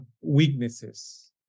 weaknesses